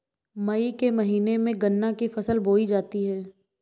मई के महीने में गन्ना की फसल बोई जाती है